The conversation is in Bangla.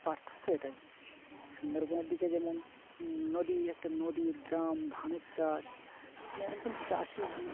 পার্থক্য এটাই সুন্দরবনের দিকে যেমন নদী একটা নদীর গ্রাম ধানের চাষ মানে একদম চাষই